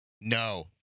No